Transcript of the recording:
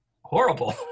horrible